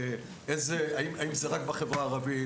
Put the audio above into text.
אם זה רק בחברה הערבית,